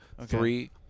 Three